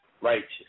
righteous